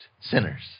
sinners